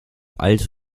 alt